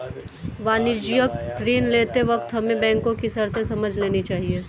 वाणिज्यिक ऋण लेते वक्त हमें बैंको की शर्तें समझ लेनी चाहिए